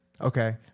Okay